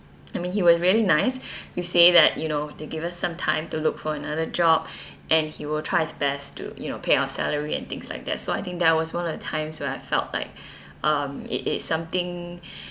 I mean he was really nice to say that you know they give us some time to look for another job and he will try his best to you know pay our salary and things like that so I think that was one of the times where I felt like um it it's something